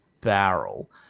barrel